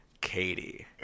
Katie